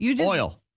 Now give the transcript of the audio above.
Oil